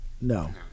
No